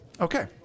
Okay